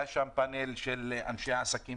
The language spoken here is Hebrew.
היה שם פאנל של אנשי עסקים